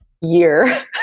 year